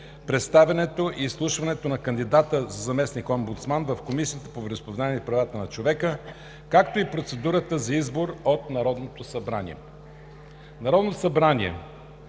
представянето и изслушването на кандидата за заместник-омбудсман в Комисията по вероизповеданията и правата на човека, както и процедурата за избор от Народното събрание Народното събрание